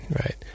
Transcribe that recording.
right